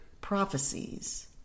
prophecies